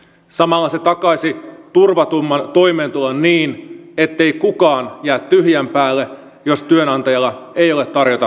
samalla se takaisi turvatumman toimeentulon niin ettei kukaan jää tyhjän päälle jos työnantajalla ei ole tarjota työtunteja